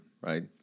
Right